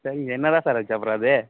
சரி என்ன தான் சார் ஆச்சு அப்புறம் அது